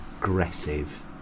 aggressive